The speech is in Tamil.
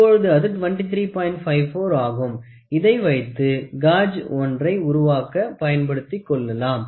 54 ஆகும் இதை வைத்து காஜ் 1 ரை உருவாக்க பயன்படுத்திக் கொள்ளலாம்